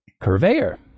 Curveyor